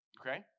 okay